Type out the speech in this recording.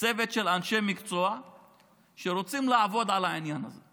צוות של אנשי מקצוע שרוצים לעבוד על העניין הזה.